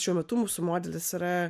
šiuo metu mūsų modelis yra